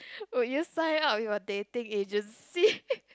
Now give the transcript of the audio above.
would you sign up with a dating agency